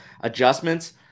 adjustments